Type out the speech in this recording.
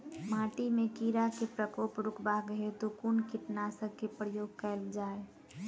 माटि मे कीड़ा केँ प्रकोप रुकबाक हेतु कुन कीटनासक केँ प्रयोग कैल जाय?